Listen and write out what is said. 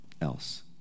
else